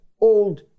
old